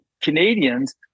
Canadians